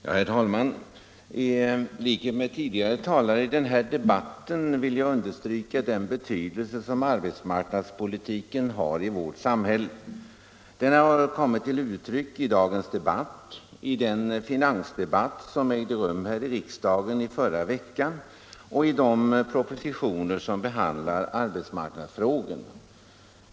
Herr talman! I likhet med tidigare talare vill jag understryka den betydelse som arbetsmarknadspolitiken har i vårt samhälle. Den har kommit till uttryck i dagens debatt, i den finansdebatt som ägde rum här i riksdagen förra veckan och i de propositioner som behandlar arbetsmarknadsfrågor.